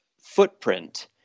footprint